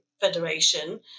federation